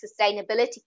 sustainability